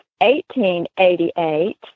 1888